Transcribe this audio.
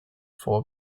four